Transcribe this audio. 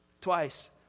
Twice